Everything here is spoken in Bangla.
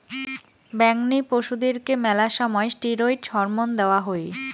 বেঙনি পশুদেরকে মেলা সময় ষ্টিরৈড হরমোন দেওয়া হই